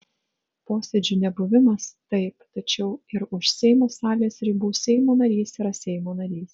posėdžių nebuvimas taip tačiau ir už seimo salės ribų seimo narys yra seimo narys